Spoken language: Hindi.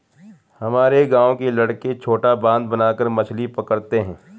हमारे गांव के लड़के छोटा बांध बनाकर मछली पकड़ते हैं